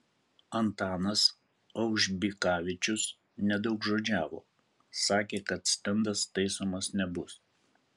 antanas aužbikavičius nedaugžodžiavo sakė kad stendas taisomas nebus